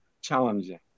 challenging